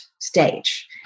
stage